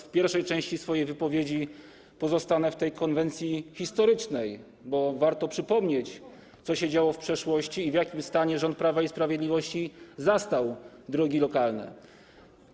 W pierwszej części swojej wypowiedzi pozostanę w konwencji historycznej, bo warto przypomnieć, co się działo w przeszłości i w jakim stanie rząd Prawa i Sprawiedliwości zastał lokalne drogi.